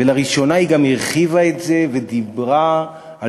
ולראשונה היא גם הרחיבה את זה ודיברה על